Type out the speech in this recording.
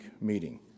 meeting